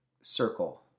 circle